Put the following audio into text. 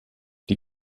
die